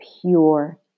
pure